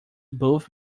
both